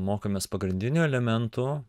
mokomės pagrindinių elementų